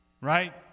right